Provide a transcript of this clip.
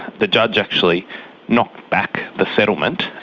the judge actually knocked back the settlement.